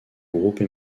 groupe